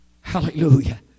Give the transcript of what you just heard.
Hallelujah